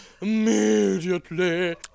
immediately